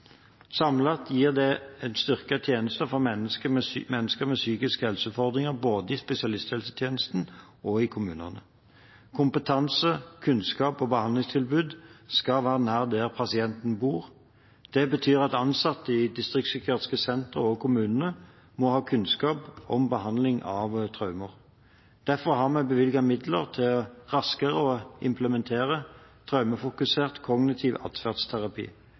Samlet gir det en styrket tjeneste for mennesker med psykiske helseutfordringer, både i spesialisthelsetjenesten og i kommunene. Kompetanse, kunnskap og behandlingstilbud skal være nær der pasienten bor. Det betyr at ansatte i de distriktspsykiatriske sentrene og kommunene må ha kunnskap om behandling av traumer. Derfor har vi bevilget midler for raskere å implementere traumefokusert kognitiv atferdsterapi.